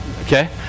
okay